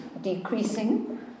decreasing